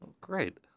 Great